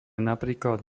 napríklad